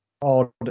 called